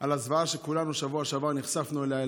על הזוועה שכולנו בשבוע שעבר נחשפנו אליה,